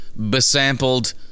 besampled